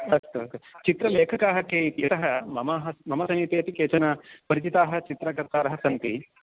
अस्तु अस्तु चित्रलेखकाः के इति यतः ममः मम समीपे अपि केचन परिचिताः चित्रकर्तारः सन्ति